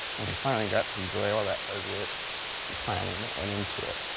and we finally got to enjoy all that hard work and planning that went into it.